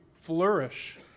flourish